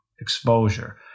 Exposure